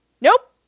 Nope